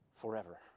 forever